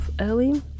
early